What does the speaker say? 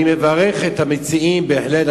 אני מברך את המציעים, בהחלט.